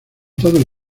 todo